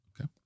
Okay